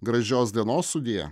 gražios dienos sudie